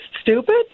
stupid